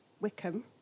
Wickham